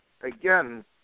again